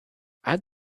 add